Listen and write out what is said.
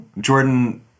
jordan